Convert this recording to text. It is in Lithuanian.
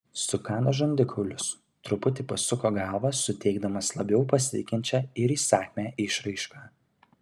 sukando žandikaulius truputį pasuko galvą suteikdamas labiau pasitikinčią ir įsakmią išraišką